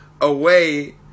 away